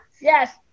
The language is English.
Yes